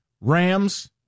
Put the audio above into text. Rams